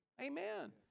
Amen